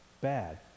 bad